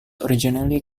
originally